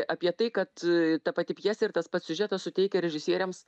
apie tai kad ta pati pjesė ir tas pats siužetas suteikia režisieriams